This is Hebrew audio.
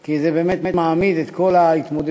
כי זה באמת מעמיד את כל ההתמודדות